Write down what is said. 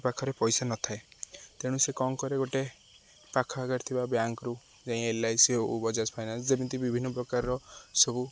ପାଖରେ ପଇସା ନଥାଏ ତେଣୁ ସେ କ'ଣ କରେ ଗୋଟେ ପାଖଆଖରେ ଥିବା ବ୍ୟାଙ୍କରୁ ଯାଇ ଏଲ୍ଆଇସି ହେଉ ବଜାଜ୍ ଫାଇନାନ୍ସ ଯେମିତି ବିଭିନ୍ନ ପ୍ରକାରର ସବୁ